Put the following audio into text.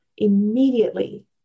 immediately